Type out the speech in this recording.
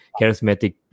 charismatic